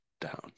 down